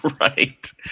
right